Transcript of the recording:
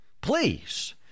please